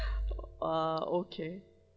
ah okay